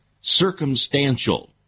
circumstantial